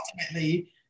ultimately